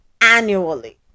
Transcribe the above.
annually